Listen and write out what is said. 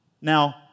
Now